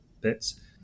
bits